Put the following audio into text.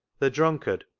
the drunkard,